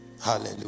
Hallelujah